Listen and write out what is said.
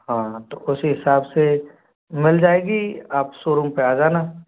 हाँ तो उसी हिसाब से मिल जाएगी आप शोरूम पर आ जाना